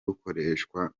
bukoreshwa